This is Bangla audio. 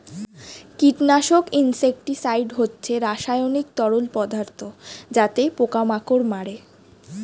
কীটনাশক ইনসেক্টিসাইড হচ্ছে রাসায়নিক তরল পদার্থ যাতে পোকা মাকড় মারে